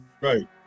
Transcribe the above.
Right